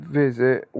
visit